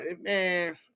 man